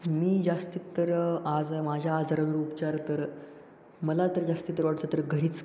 मी जास्तीत तर आजा माझ्या आजारावर उपचार तर मला तर जास्ती तर वाटतं तर घरीच